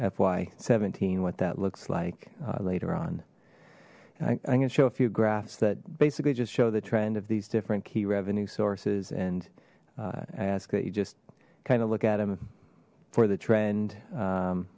fy seventeen what that looks like later on i'm gonna show a few graphs that basically just show the trend of these different key revenue sources and ask that you just kind of look at him for the trend